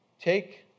take